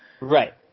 Right